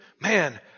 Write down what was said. man